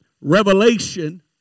Revelation